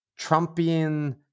trumpian